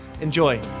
Enjoy